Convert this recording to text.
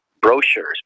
brochures